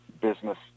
business